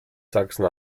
sachsen